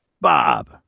Bob